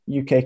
UK